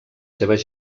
seves